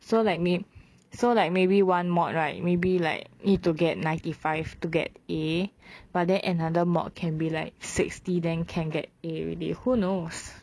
so like may so like maybe one mod right maybe like need to get ninety five to get A but then another mod can be like sixty then can get A already who knows